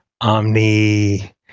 Omni